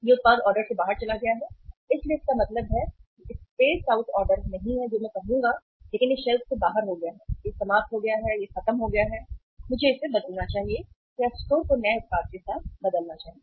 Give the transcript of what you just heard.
यह उत्पाद ऑर्डर से बाहर चला गया है इसलिए इसका मतलब है कि स्पेस आउट ऑर्डर नहीं है जो मैं कहूंगा लेकिन यह शेल्फ से बाहर हो गया है यह समाप्त हो गया है यह खत्म हो गया है मुझे इसे बदलना चाहिए या स्टोर को नए उत्पाद के साथ बदलना चाहिए